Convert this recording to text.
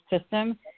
system